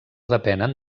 depenen